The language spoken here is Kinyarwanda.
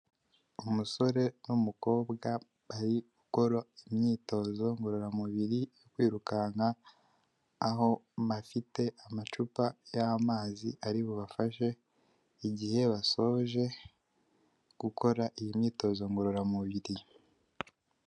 Umusore n'umukobwa bari ukora imyitozo ngororamubiri yo kwirukanka aho bafite amacupa y'amazi ari bubafashe igihe basoje gukora iyi myitozo ngororamubiri.